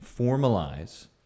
formalize